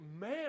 man